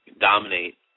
dominate